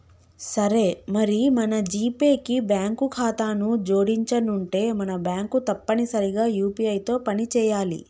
సరే మరి మన జీపే కి బ్యాంకు ఖాతాను జోడించనుంటే మన బ్యాంకు తప్పనిసరిగా యూ.పీ.ఐ తో పని చేయాలి